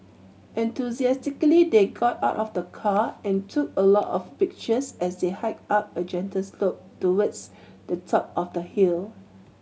enthusiastically they got out of the car and took a lot of pictures as they hiked up a gentle slope towards the top of the hill